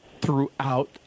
throughout